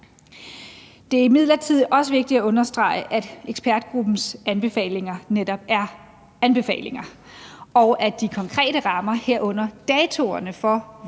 Det er imidlertid også vigtigt at understrege, at ekspertgruppens anbefalinger netop er anbefalinger, og at de konkrete rammer, herunder datoerne for,